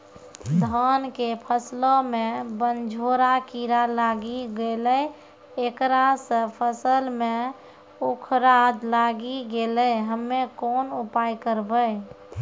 धान के फसलो मे बनझोरा कीड़ा लागी गैलै ऐकरा से फसल मे उखरा लागी गैलै हम्मे कोन उपाय करबै?